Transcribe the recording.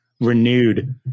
renewed